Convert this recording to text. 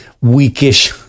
weakish